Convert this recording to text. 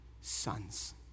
sons